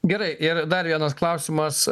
gerai ir dar vienas klausimas